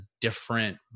different